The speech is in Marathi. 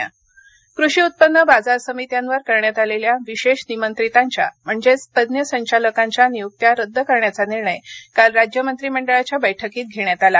कॅविनेट निर्णय कृषी उत्पन्न बाजार समित्यांवर करण्यात आलेल्या विशेष निमंत्रितांच्या म्हणजेच तज्ज्ञ संचालकांच्या नियुक्त्या रद्द करण्याचा निर्णय काल राज्य मंत्रिमंडळाच्या बैठकीत घेण्यात आला